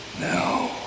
Now